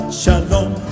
shalom